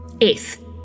Eighth